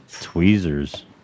tweezers